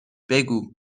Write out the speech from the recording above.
بگو